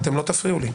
לא תפריעו לי.